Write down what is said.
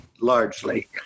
largely